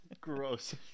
Gross